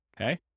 okay